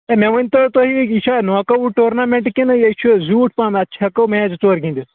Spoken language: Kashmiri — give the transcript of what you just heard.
ہے مےٚ ؤنۍ تو تُہۍ یہِ چھا ناک آوُٹ ٹورنامٮ۪نٛٹ کِنہٕ یہِ چھُ زیوٗٹھ پَہم اَتھ چھِ ہٮ۪کو مَیچ زٕ ژور گِنٛدِتھ